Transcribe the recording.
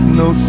no